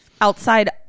Outside